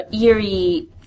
eerie